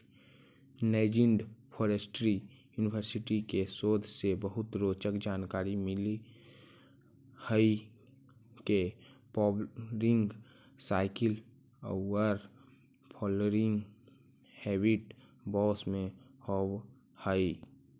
Nanjing forestry university के शोध से बहुत रोचक जानकारी मिल हई के फ्वावरिंग साइकिल औउर फ्लावरिंग हेबिट बास में होव हई